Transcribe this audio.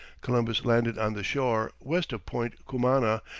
columbus landed on the shore, west of point cumana,